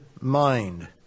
mind